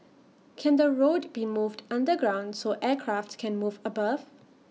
can the road be moved underground so aircraft can move above